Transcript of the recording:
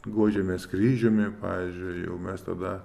guodžiamės kryžiumi pavyzdžiui jau mes tada